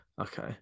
Okay